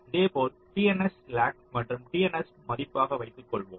இதேபோல் TNS slack மற்றும் TNS மதிப்பாக வைத்துக்கொள்ள்ளுவோம்